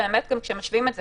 באמת גם כשמשווים את זה.